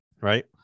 Right